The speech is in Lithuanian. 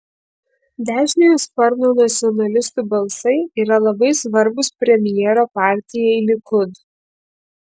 dešiniojo sparno nacionalistų balsai yra labai svarbūs premjero partijai likud